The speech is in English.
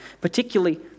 particularly